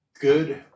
good